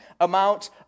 amount